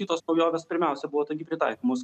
kitos naujovės pirmiausia buvo taigi pritaikomos